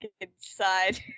inside